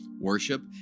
worship